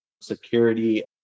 security